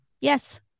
Yes